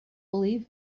believe